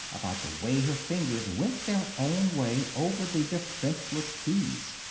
about the way her fingers went their own way over the defenseless keys.